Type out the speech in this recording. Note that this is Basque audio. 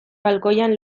balkoian